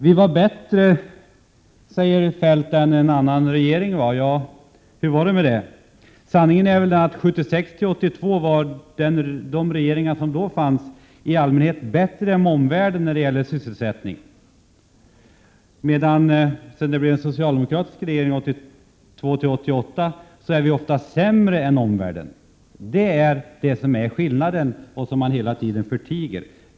Vi är bättre, säger Kjell-Olof Feldt, än de tidigare regeringarna var. Ja, hur är det med det? Sanningen är väl den att de regeringar som fanns 1976—1982i allmänhet var bättre än regeringarna i omvärlden i fråga om sysselsättningen, medan det 1982-1988 under socialdemokratisk regering oftast har varit sämre än i omvärlden. Det är skillnaden, som socialdemokraterna hela tiden förtiger.